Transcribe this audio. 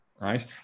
right